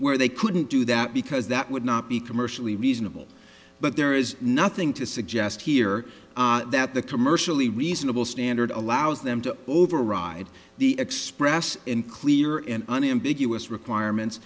where they couldn't do that because that would not be commercially reasonable but there is nothing to suggest here that the commercially reasonable standard allows them to override the express in clear and unambiguous requirements